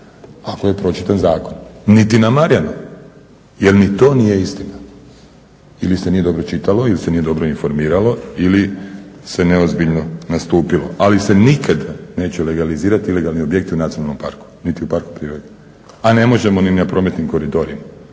ako je pročitan zakon. Niti na Marjanu jer ni to nije istina. Ili se nije dobro čitalo ili se nije dobro informiralo ili se neozbiljno nastupilo, ali se nikada neće legalizirati legalni objekti u nacionalnom parku niti u parku prirode, a ne može ni na prometnim koridorima